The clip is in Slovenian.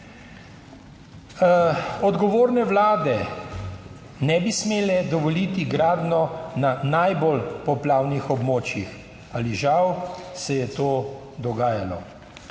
Odgovorne vlade ne bi smele dovoliti gradnjo na najbolj poplavnih območjih, ali žal se je to dogajalo.